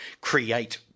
create